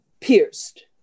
pierced